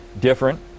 different